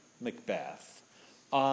Macbeth